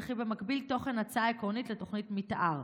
וכי במקביל תוכן הצעה עקרונית לתוכנית מתאר.